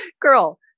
girl